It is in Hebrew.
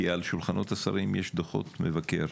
כי על שולחנות השרים יש דוחות מבקר,